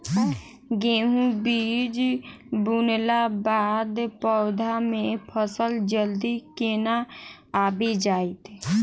गेंहूँ बीज बुनला बाद पौधा मे फसल जल्दी केना आबि जाइत?